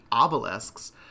obelisks